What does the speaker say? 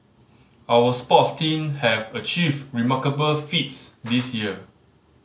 our sports team have achieved remarkable feats this year